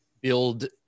build